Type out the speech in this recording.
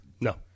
No